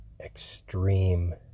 extreme